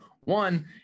One